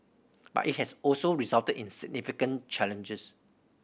but it has also resulted in significant challenges